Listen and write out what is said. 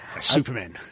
Superman